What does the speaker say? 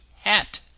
HAT